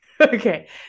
Okay